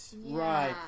right